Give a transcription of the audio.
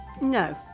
No